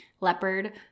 leopard